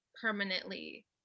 permanently